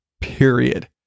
period